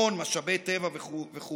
הון, משאבי טבע וכו'